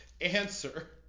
Answer